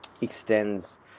extends